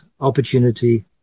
opportunity